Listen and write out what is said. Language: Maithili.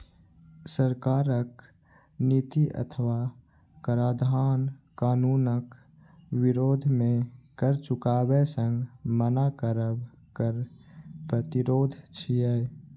सरकारक नीति अथवा कराधान कानूनक विरोध मे कर चुकाबै सं मना करब कर प्रतिरोध छियै